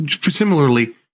Similarly